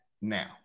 now